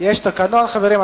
יש תקנון, חברים.